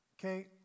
Okay